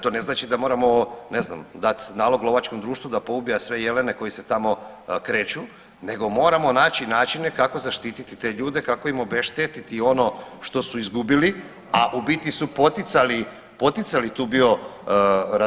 To ne znači da moramo, ne znam dati nalog lovačkom društvu da poubija sve jelene koji se tamo kreću, nego moramo naći načine kako zaštititi te ljude, kako im obeštetiti ono što su izgubili, a u biti su poticali, poticali tu bioraznolikost.